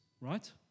right